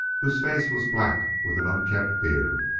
whose face was black with an unkempt beard,